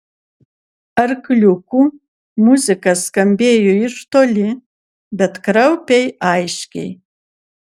arkliukų muzika skambėjo iš toli bet kraupiai aiškiai